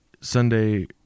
sunday